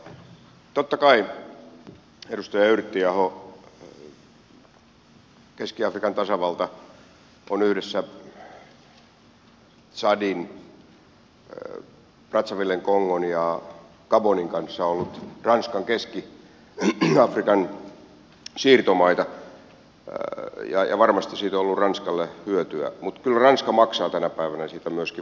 totta kai edustaja yrttiaho keski afrikan tasavalta on yhdessä tsadin brazzavillen kongon ja gabonin kanssa ollut ranskan keski afrikan siirtomaita ja varmasti siitä on ollut ranskalle hyötyä mutta kyllä ranska maksaa tänä päivänä siitä myöskin vastaantulohintaa